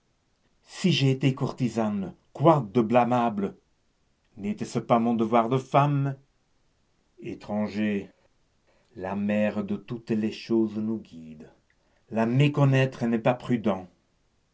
si j'ai été courtisane quoi de blâmable n'était-ce pas mon devoir de femme étranger la mère de toutes choses nous guide la méconnaître n'est pas prudent